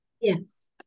Yes